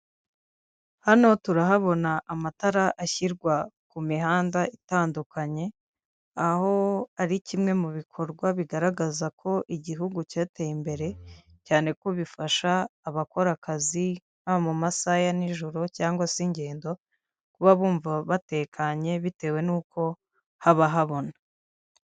Hano turahabona amatara ashyirwa ku mihanda itandukanye, aho ari kimwe mu bikorwa bigaragaza ko Igihugu cyateye imbere cyane, kuko bifasha abakora akazi ha mu masaha ya nijoro cyangwa se ingendo, kuba bumva batekanye bitewe nuko haba habona.